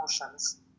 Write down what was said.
emotions